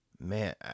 man